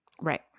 right